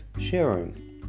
sharing